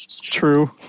True